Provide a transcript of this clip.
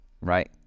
right